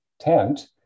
tent